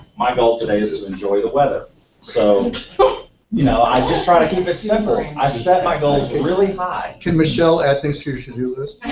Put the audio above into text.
my goal today is to enjoy the weather. so so you know i just try to keep it simple, i set my goals really high. can michelle add things to your to-do list?